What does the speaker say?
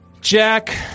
Jack